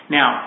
Now